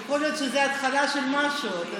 יכול להיות שזו התחלה של משהו, אתה יודע.